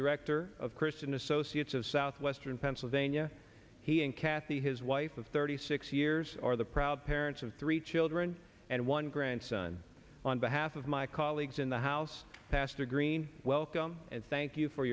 director of christian associates of southwestern pennsylvania he and kathy his wife of thirty six years are the proud parents of three children and one grandson on behalf of my colleagues in the house passed a green welcome and thank you for